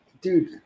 Dude